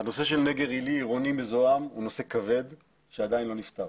הנושא של נגר עילי עירוני מזוהם הוא נושא כבר שעדיין לא נפתר.